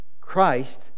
Christ